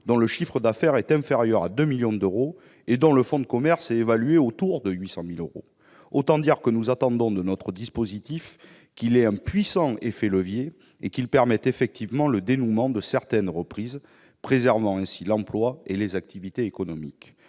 dont le chiffre d'affaires est inférieur à 2 millions d'euros et dont le fonds de commerce est évalué à environ 800 000 euros. Autant dire que nous attendons de notre dispositif qu'il ait un puissant effet de levier et qu'il permette effectivement le dénouement de certaines reprises, préservant ainsi l'emploi et les activités économiques.